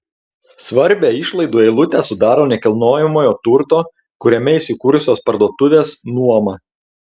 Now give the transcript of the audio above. svarbią išlaidų eilutę sudaro nekilnojamojo turto kuriame įsikūrusios parduotuvės nuoma